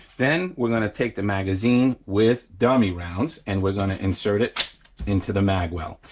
then we're gonna take the magazine with dummy rounds and we're gonna insert it into the mag well.